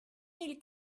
mille